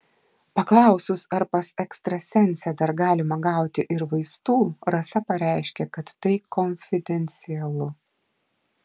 paklausus ar pas ekstrasensę dar galima gauti ir vaistų rasa pareiškė kad tai konfidencialu